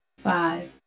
Five